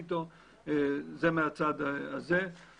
נשארו מעט חברי כנסת, זה דווקא טוב.